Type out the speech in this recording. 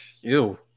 Ew